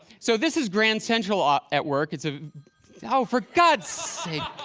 so this is grand central ah at work it's a oh, for gods